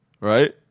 right